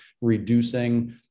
reducing